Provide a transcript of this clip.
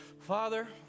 Father